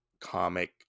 comic